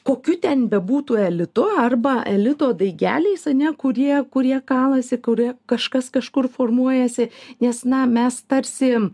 kokiu ten bebūtų elitu arba elito daigeliais ar ne kurie kurie kalasi kurie kažkas kažkur formuojasi nes na mes tarsi